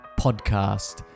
podcast